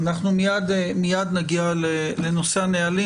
מייד נגיע לנושא הנהלים.